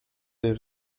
des